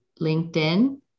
LinkedIn